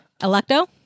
Electo